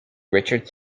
richard